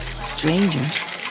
Strangers